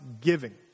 giving